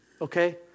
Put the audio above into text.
okay